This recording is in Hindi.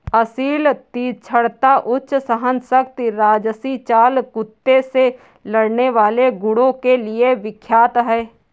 असील तीक्ष्णता, उच्च सहनशक्ति राजसी चाल कुत्ते से लड़ने वाले गुणों के लिए विख्यात है